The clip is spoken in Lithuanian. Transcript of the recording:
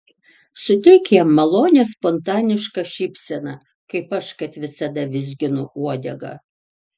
suteik jam malonią spontanišką šypseną kaip aš kad visada vizginu uodegą